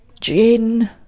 gin